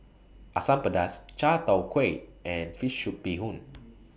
Asam Pedas Chai Tow Kuay and Fish Soup Bee Hoon